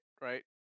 right